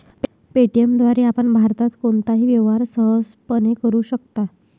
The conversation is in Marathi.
पे.टी.एम द्वारे आपण भारतात कोणताही व्यवहार सहजपणे करू शकता